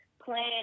plan